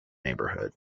neighborhood